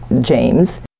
James